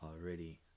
already